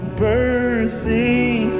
birthing